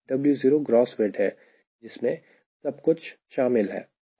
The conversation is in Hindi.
W0 ग्रॉस वेट है जिसमें सब कुछ शामिल है